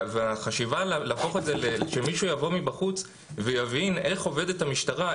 החשיבה שמישהו יבוא מבחוץ ויבין איך עובדת המשטרה,